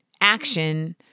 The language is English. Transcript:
action